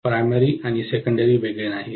primary आणि secondary वेगळे नाहीत